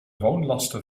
woonlasten